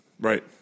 Right